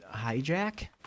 hijack